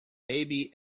baby